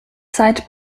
zeit